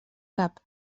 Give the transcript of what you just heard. cap